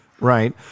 Right